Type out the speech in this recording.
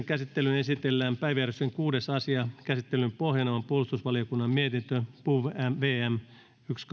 käsittelyyn esitellään päiväjärjestyksen kuudes asia käsittelyn pohjana on puolustusvaliokunnan mietintö yksi